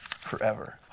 forever